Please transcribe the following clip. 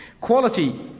Quality